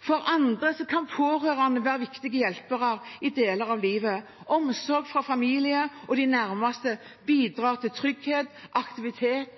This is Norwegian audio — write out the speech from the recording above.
For andre kan pårørende være viktige hjelpere i deler av livet. Omsorg fra familie og de nærmeste bidrar til trygghet, aktivitet